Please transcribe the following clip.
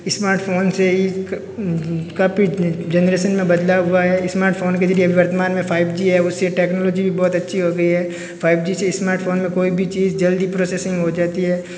smartphone से ही काफ़ी जनरेसन बदलाव हुआ है स्मार्टफ़ोन के जरिए अभी वर्तमान में फाइव जी है उससे टेक्नोलॉजी भी बहुत अच्छी हो गई है फाइव जी से स्मार्टफ़ोन में कोई भी चीज जल्दी प्रोसेसिंग हो जाती है